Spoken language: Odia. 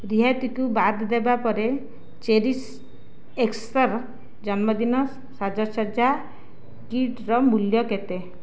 ରିହାତିକୁ ବାଦ୍ ଦେବା ପରେ ଚେରିଶ୍ ଏକ୍ସର ଜନ୍ମଦିନ ସାଜସଜ୍ଜା କିଟ୍ର ମୂଲ୍ୟ କେତେ